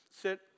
sit